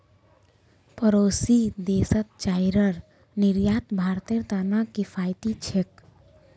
पड़ोसी देशत चाईर निर्यात भारतेर त न किफायती छेक